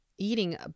eating